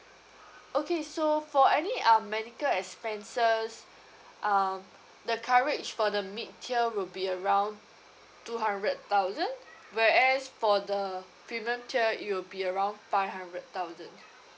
okay so for any um medical expenses um the coverage for the mid tier will be around two hundred thousand whereas for the premium tier it'll be around five hundred thousand